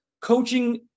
coaching